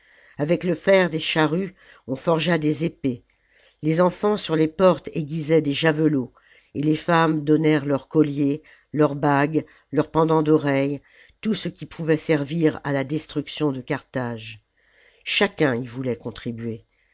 avec le fer des charrues on forgea des épées les enfants sur les portes aiguisaient des javelots et les femmes donnèrent leurs colliers leurs bagues leurs pendants d'oreilles tout ce qui pouvait servir à la destruction de carthage chacun y voulait contribuer